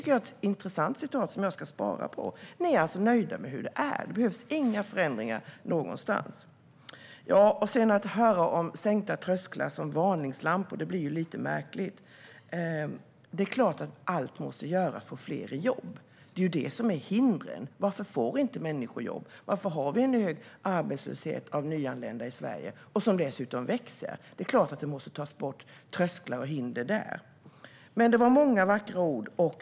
Det är ett intressant uttalande som jag ska spara. Ni är alltså nöjda med hur det är. Det behövs inga förändringar någonstans. Att sedan höra om sänkta trösklar som varningslampor blir lite märkligt. Det är klart att allt måste göras för att få fler i jobb. Det är där hindren finns. Varför får inte människor jobb? Varför råder bland nyanlända i Sverige en hög arbetslöshet som dessutom växer? Det är klart att det måste tas bort trösklar och hinder där. Det var många vackra ord.